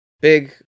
big